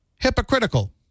Hypocritical